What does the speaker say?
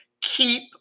keep